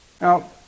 Now